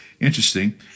interesting